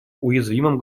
уязвимым